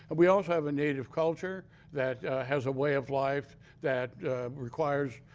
we also have a native culture that has a way of life that requires,